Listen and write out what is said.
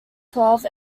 twelve